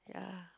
yeah